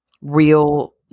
real